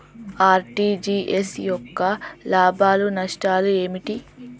RTGS యొక్క లాభాలు నష్టాలు ఏమిటి?